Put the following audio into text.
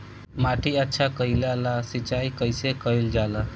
माटी अच्छा कइला ला सिंचाई कइसे कइल जाला?